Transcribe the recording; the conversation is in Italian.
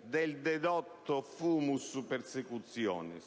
del dedotto *fumus* *persecutionis*